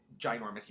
ginormous